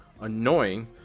annoying